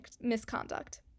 misconduct